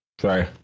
Sorry